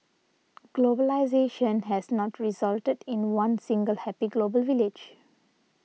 globalisation has not resulted in one single happy global village